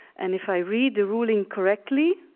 and if i read the ruling correctly,